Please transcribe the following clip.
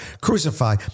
crucify